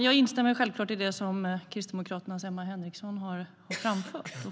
Jag instämmer självklart i det som Kristdemokraternas Emma Henriksson har framfört.